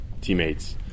teammates